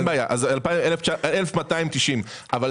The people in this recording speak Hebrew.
נכון,